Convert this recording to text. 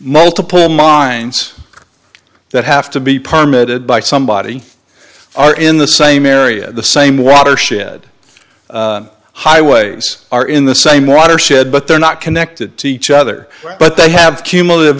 multiple minds that have to be permitted by somebody are in the same area the same watershed highways are in the same watershed but they're not connected to each other but they have cumulative